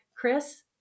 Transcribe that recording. Chris